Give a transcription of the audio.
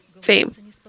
fame